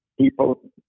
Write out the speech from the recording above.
people